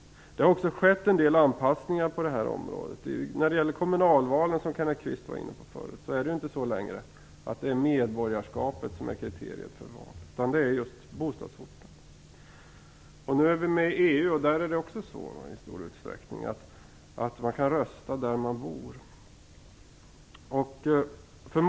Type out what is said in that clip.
Det har också skett en del anpassningar på det här området. När det gäller kommunalvalen, som Kenneth Kvist var inne på, är ju inte medborgarskapet längre kriteriet för rösträtten, utan det är bostadsorten. Nu är vi med i EU och där kan man också i stor utsträckning rösta där man bor.